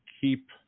keep